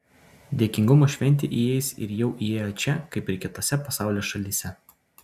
dėkingumo šventė įeis ir jau įėjo čia kaip ir kitose pasaulio šalyse